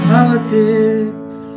Politics